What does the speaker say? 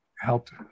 helped